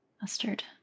Mustard